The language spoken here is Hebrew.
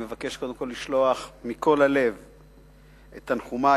מבקש קודם כול לשלוח מכל הלב את תנחומי